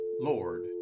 Lord